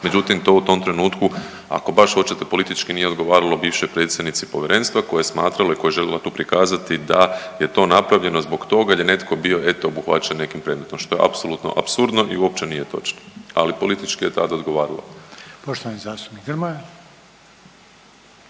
međutim to u tom trenutku ako baš hoćete politički nije odgovaralo bivšoj predsjednici povjerenstva koje je smatralo i koja je željela tu prikazati da je to napravljeno zbog toga jer je netko bio eto obuhvaćen nekim predmetom što je apsolutno apsurdno i uopće nije točno. Ali politički je tada odgovaralo.